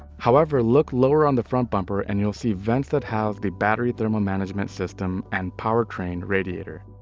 however, look lower on the front bumper, and you'll see vents that house the battery thermal management system and powertrain radiator.